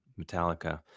Metallica